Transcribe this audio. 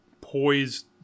poised